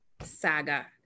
saga